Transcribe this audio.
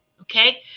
Okay